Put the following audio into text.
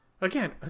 Again